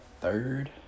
third